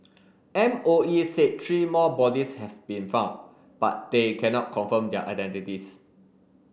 M O E said three more bodies have been found but they cannot confirm their identities